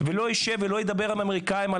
לא יישב ולא ידבר עם האמריקאים על